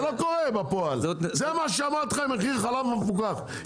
זה מה שאמרתי עם מחיר החלב המפוקח,